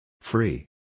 Free